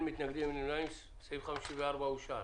אין מתנגדים, אין נמנעים, סעיף 54 אושר.